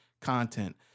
content